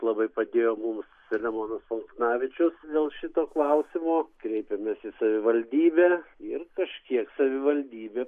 labai padėjo mums selemonas paltanavičius dėl šito klausimo kreipėmės į savivaldybę ir kažkiek savivaldybė